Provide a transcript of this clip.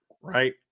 Right